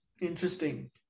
Interesting